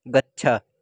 गच्छ